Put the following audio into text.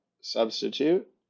substitute